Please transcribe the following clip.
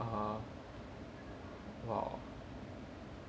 err !wow!